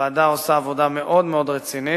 הוועדה עושה עבודה מאוד מאוד רצינית,